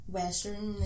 western